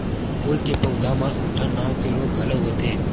फूल के पउधा म उकठा नांव के रोग घलो होथे